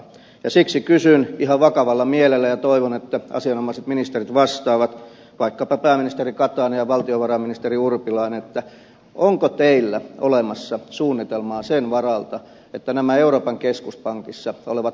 ja siksi kysyn ihan vakavalla mielellä ja toivon että asianomaiset ministerit vastaavat vaikkapa pääministeri katainen ja valtiovarainministeri urpilainen onko teillä olemassa suunnitelmaa sen varalta että nämä euroopan keskuspankissa olevat valtavat riskit realisoituvat